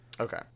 Okay